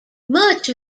much